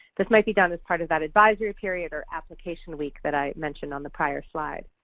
this might be done as part of that advisory period or application week that i mentioned on the prior slide.